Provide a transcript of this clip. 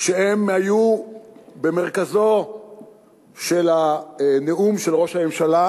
שהיו במרכזו של הנאום של ראש הממשלה